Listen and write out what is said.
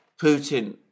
Putin